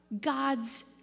God's